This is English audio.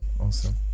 awesome